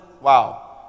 Wow